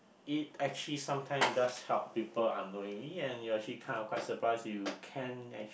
it actually sometime does help people unknowingly and you are actually kind of quite surprised you can